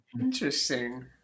interesting